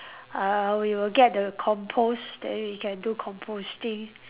collapsible we will get the compost then we can do composting